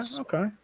okay